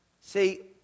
See